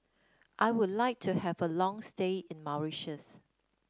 I would like to have a long stay in Mauritius